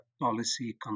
policy